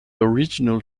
original